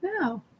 No